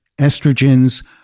estrogens